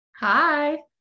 Hi